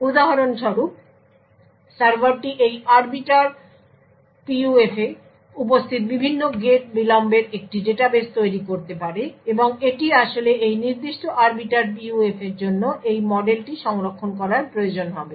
উদাহরণস্বরূপ সার্ভারটি এই আর্বিটার PUF তে উপস্থিত বিভিন্ন গেট বিলম্বের একটি ডাটাবেস তৈরি করতে পারে এবং এটি আসলে এই নির্দিষ্ট আরবিটার PUF এর জন্য এই মডেলটি সংরক্ষণ করার প্রয়োজন হবে